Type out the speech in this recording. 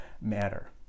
matter